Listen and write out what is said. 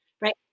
Right